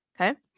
Okay